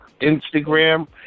Instagram